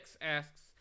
asks